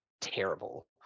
terrible